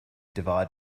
divide